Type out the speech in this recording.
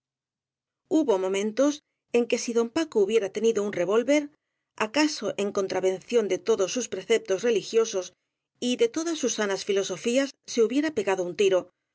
hubo momentos en que si don paco hubiera tenido un revólver acaso en contravención de todos sus preceptos religiosos y de todas sus sanas filosofías se hubiera pegado un tiro